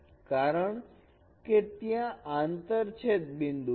કારણ કે ત્યાં આંતર છેદ બિંદુ છે